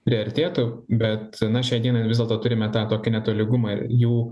priartėtų bet na šiai dienai vis dėlto turime tą tokį netolygumą ir jų